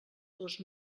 dos